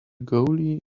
goalie